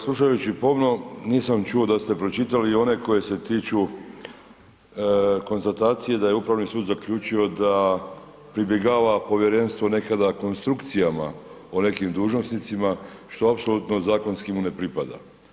Slušajući pomno nisam čuo da ste pročitali i one koji se tiču konstatacije da je Upravni sud zaključio da pribjegava povjerenstvu nekada konstrukcijama o nekim dužnosnicima, što apsolutno zakonski mu ne pripada.